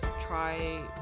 try